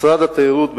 משרד התיירות,